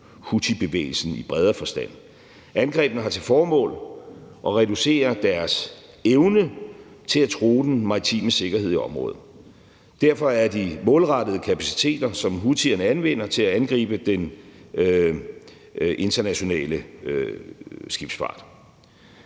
houthibevægelsen i bredere forstand. Angrebene har til formål at reducere deres evne til at true den maritime sikkerhed i området, og derfor er de målrettet de kapaciteter, som houthierne anvender til at angribe den internationale skibsfart.